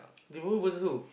Liverpool versus who